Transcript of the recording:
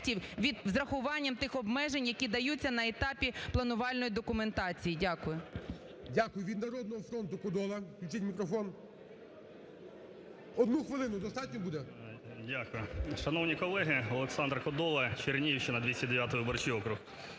з врахуванням тих обмежень, які даються на етапі планувальної документації. Дякую.